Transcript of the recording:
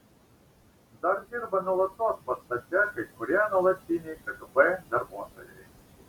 dar dirba nuolatos pastate kai kurie nuolatiniai kgb darbuotojai